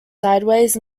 sideways